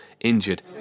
injured